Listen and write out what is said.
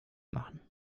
machen